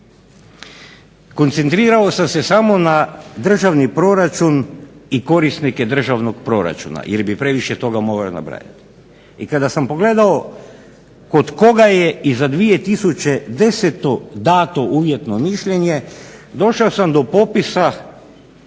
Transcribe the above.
Koncentrirao sam se samo na državni proračun i korisnike državnog proračuna jel bi previše toga morao napraviti. I kada sam pogledao kod koga je i za 2010. dato uvjetno mišljenje, došao sam do popisa